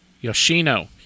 Yoshino